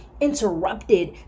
Interrupted